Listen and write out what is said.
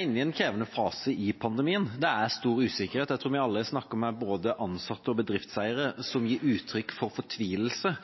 inne en krevende fase i pandemien, det er stor usikkerhet. Jeg tror vi alle har snakket med både ansatte og bedriftseiere som gir uttrykk for fortvilelse,